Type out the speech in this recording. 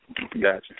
Gotcha